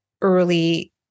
early